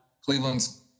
Cleveland's